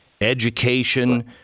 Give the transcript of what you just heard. education